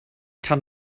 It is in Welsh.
tan